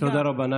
תודה רבה.